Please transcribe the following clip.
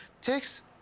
takes